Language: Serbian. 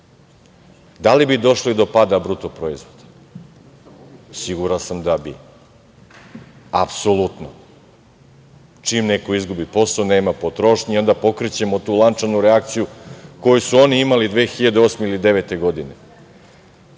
da li bi došlo i do pada BDP? Siguran sam da bi. Apsolutno. Čim neko izgubi posao, nema potrošnje i onda pokrećemo tu lančanu reakciju koju su oni imali 2008. ili 2009. godine. Da